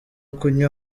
kunywa